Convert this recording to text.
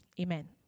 Amen